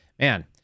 Man